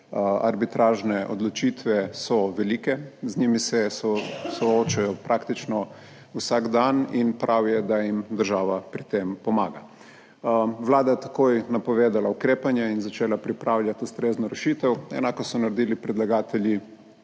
arbitražne odločitve so velike, z njimi se soočajo praktično vsak dan in prav je, da jim država pri tem pomaga. Vlada je takoj napovedala ukrepanje in začela pripravljati ustrezno rešitev. Enako so naredili predlagatelji